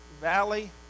valley